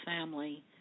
family